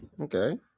Okay